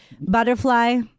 Butterfly